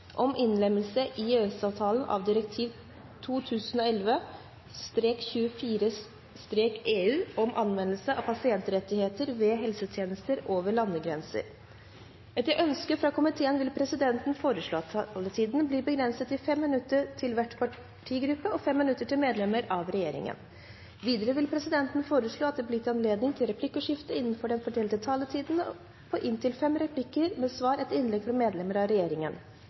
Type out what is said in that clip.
om ordet. Ingen har bedt om ordet. Ingen har bedt om ordet. Ingen har bedt om ordet. Ingen har bedt om ordet. Etter ønske fra helse- og omsorgskomiteen vil presidenten foreslå at taletiden blir begrenset til 5 minutter til hver partigruppe og 5 minutter til medlemmer av regjeringen. Videre vil presidenten foreslå at det blir gitt anledning til replikkordskifte på inntil fem replikker med svar etter innlegg fra medlem av regjeringen